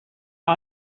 are